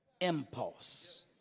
impulse